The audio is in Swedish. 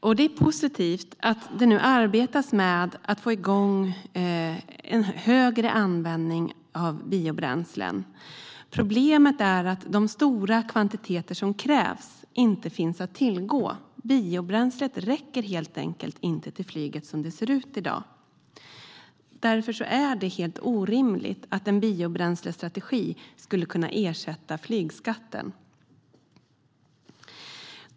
Och det är positivt att det nu arbetas med att få igång en högre användning av biobränslen. Problemet är att de stora kvantiteter som krävs inte finns att tillgå. Biobränslet räcker helt enkelt inte till flyget som det ser ut i dag. Därför är det helt orimligt att en biobränslestrategi skulle kunna ersätta flygskatten.